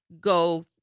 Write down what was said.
go